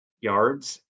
yards